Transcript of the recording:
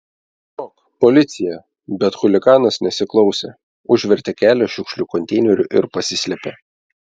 stok policija bet chuliganas nesiklausė užvertė kelią šiukšlių konteineriu ir pasislėpė